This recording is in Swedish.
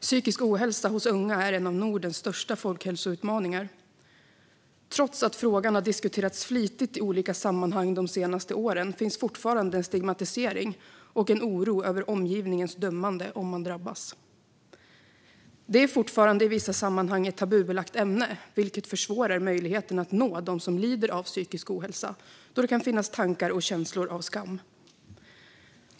Psykisk ohälsa hos unga är en av Nordens största folkhälsoutmaningar. Trots att frågan diskuterats flitigt i olika sammanhang de senaste åren finns det fortfarande en stigmatisering och en oro över omgivningens dömande om man drabbas. Det är fortfarande i vissa sammanhang ett tabubelagt ämne, vilket försvårar möjligheten att nå dem som lider av psykisk ohälsa då det kan finnas tankar om och känslor av skam.